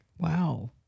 wow